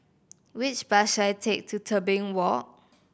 which bus should I take to Tebing Walk